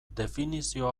definizio